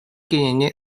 кинини